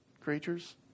creatures